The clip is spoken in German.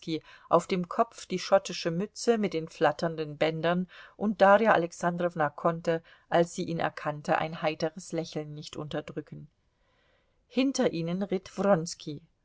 auf dem kopf die schottische mütze mit den flatternden bändern und darja alexandrowna konnte als sie ihn erkannte ein heiteres lächeln nicht unterdrücken hinter ihnen ritt